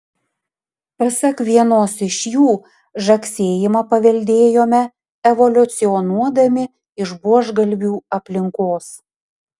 pasak vienos iš jų žagsėjimą paveldėjome evoliucionuodami iš buožgalvių aplinkos